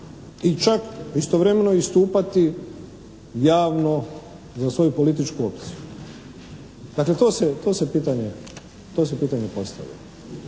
i čak istovremeno istupati javno za svoju političku opciju. Dakle, to se pitanje postavilo.